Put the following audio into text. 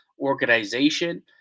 organization